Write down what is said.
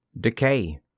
Decay